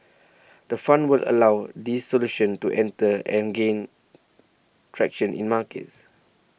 the fund will allow these solutions to enter and gain traction in markets